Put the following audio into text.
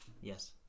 Yes